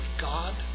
God